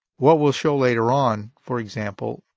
what we'll show later on, for example,